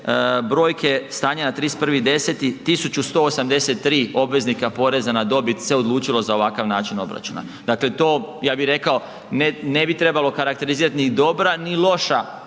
brojke stanja na 31.10., 1.183 obveznika poreza na dobit se odlučilo za ovakav način obračuna. Dakle, to ja bi rekao ne bi trebalo karakterizirati ni dobra, ni loša